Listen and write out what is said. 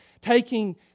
taking